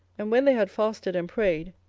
and when they had fasted and prayed,